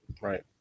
Right